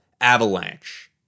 avalanche